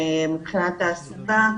מבחינת תעסוקה,